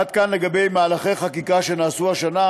עד כאן לגבי מהלכי החקיקה שנעשו השנה,